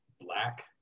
black